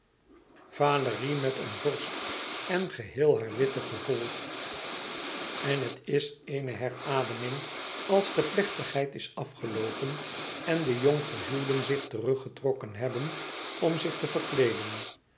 valérie met een vorst en geheel haar witte gevolg en het is eene herademing als de plechtigheid is afgeloopen en de jonggehuwden zich teruggetrokken hebben om zich te verkleeden